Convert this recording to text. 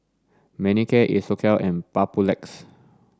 Manicare Isocal and Papulex